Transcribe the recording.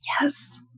Yes